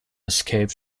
escaped